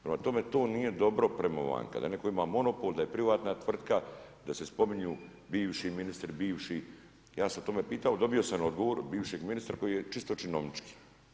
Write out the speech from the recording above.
Prema tome, to nije dobro prema … da neko ima monopol, da je privatna tvrtka, da se spominju bivši ministri, bivši ja sam o tome pitao, dobio sam odgovor od bivšeg ministra koji je čisto činovnički.